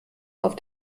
auf